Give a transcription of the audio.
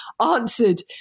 answered